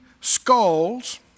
skulls